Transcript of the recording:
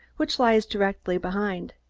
which lies directly behind.